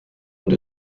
und